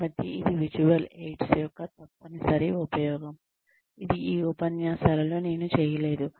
కాబట్టి ఇది visual aids యొక్క తప్పనిసరి ఉపయోగం ఇది ఈ ఉపన్యాసాలలో నేను చేయలేదు